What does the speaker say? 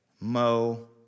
Mo